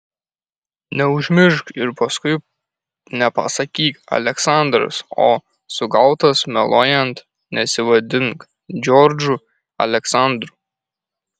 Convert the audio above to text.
neužmiršk ir paskui nepasakyk aleksandras o sugautas meluojant nesivadink džordžu aleksandru